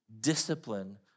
discipline